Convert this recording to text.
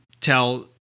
tell